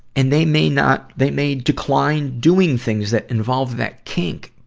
and they may not, they may decline doing things that involve that kink.